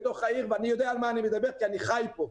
אני יודע על מה אני מדבר כי אני חי פה.